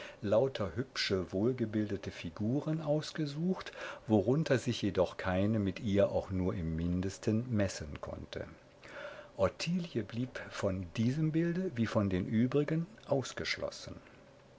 lauter hübsche wohlgebildete figuren ausgesucht worunter sich jedoch keine mit ihr auch nur im mindesten messen konnte ottilie blieb von diesem bilde wie von den übrigen ausgeschlossen